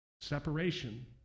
Separation